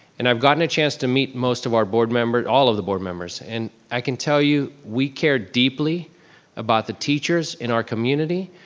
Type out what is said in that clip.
and i've gotten a chance to meet most of our board members, all of the board members and i can tell you, we care deeply about the teachers in our community.